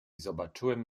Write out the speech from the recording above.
zobaczyłem